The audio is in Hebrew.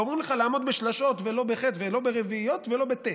ואומרים לך לעמוד בשלשות ולא בחי"ת ולא ברביעיות ולא בטי"ת.